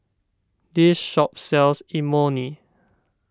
this shop sells Imoni